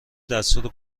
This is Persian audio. دستور